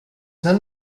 none